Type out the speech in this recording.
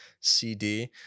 CD